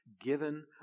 given